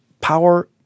power